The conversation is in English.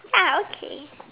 ya okay